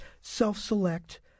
self-select